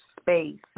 space